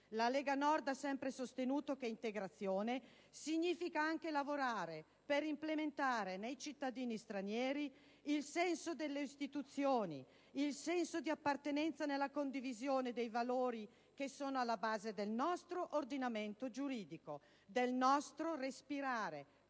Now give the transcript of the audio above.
la Lega Nord ha sempre sostenuto che integrazione significa anche lavorare per implementare, nei cittadini stranieri, il senso delle istituzioni, il senso di appartenenza nella condivisione dei valori che sono alla base del nostro ordinamento giuridico, del nostro «respirare»